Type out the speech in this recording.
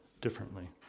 differently